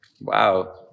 Wow